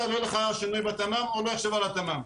יהיה לך שינוי תמ"מ או לא יושב על התמ"מ.